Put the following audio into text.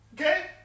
Okay